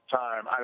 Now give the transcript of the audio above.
time